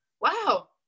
wow